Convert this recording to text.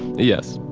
yes.